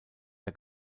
der